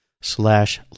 slash